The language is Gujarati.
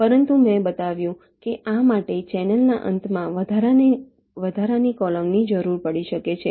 પરંતુ મેં બતાવ્યું છે કે આ માટે ચેનલના અંતમાં વધારાના કૉલમની જરૂર પડી શકે છે